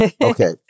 Okay